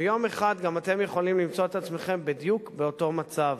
ויום אחד גם אתם יכולים למצוא את עצמכם בדיוק באותו מצב.